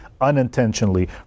unintentionally